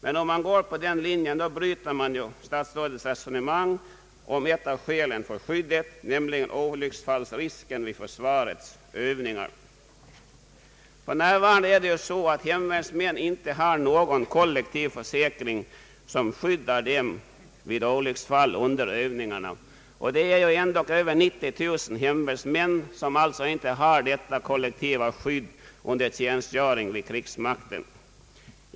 Men om man går på den linjen bryter man ju statsrådets resonemang om ett av skälen för skyddet, nämligen olycksfallsrisken vid försvarets övningar. För närvarande har hemvärnsmän inte någon kollektiv försäkring som skyddar dem vid olycksfall under övningar. Det är alltså över 90 000 hemvärnsmän som inte har något kollektivt skydd under tjänstgöring vid krigsmakien.